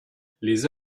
les